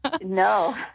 No